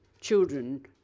children